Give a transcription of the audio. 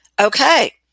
Okay